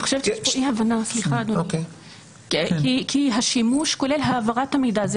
אני חושבת שיש פה אי הבנה כי השימוש כולל העברת המידע זה